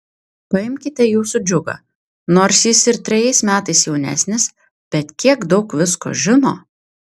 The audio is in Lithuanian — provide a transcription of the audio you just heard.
paimkite jūsų džiugą nors jis ir trejais metais jaunesnis bet kiek daug visko žino